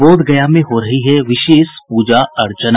बोधगया में हो रही है विशेष पूजा अर्चना